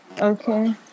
Okay